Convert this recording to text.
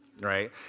right